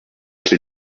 clé